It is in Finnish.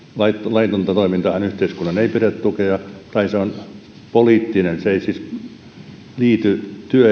laitonta toimintaahan yhteiskunnan ei pidä tukea tai se on poliittinen eli se ei liity